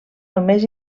només